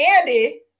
andy